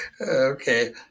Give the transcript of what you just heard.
Okay